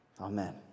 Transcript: Amen